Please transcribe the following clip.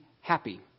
happy